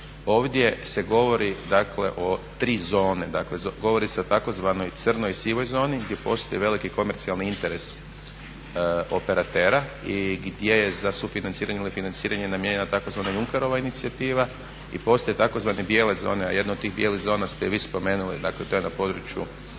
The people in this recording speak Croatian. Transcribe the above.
ovdje se govori o tri zone. Govori se o tzv. crnoj i sivoj zoni gdje postoji veliki komercijalni interes operatera i gdje je za sufinanciranje ili financiranje namijenjena tzv. Junkerova inicijativa i postoje tzv. bijele zone, a jednu od tih bijelih zona ste i vi spomenuli, dakle to je na području